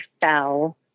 fell